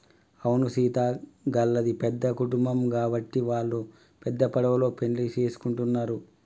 అవును సీత గళ్ళది పెద్ద కుటుంబం గాబట్టి వాల్లు పెద్ద పడవలో పెండ్లి సేసుకుంటున్నరు